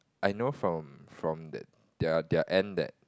I know from from their their end that